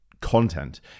content